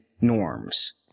norms